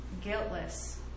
guiltless